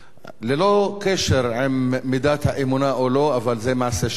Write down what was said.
ללא קשר למידת האמונה, זה מעשה שלא ייעשה.